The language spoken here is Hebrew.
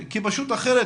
כי פשוט אחרת,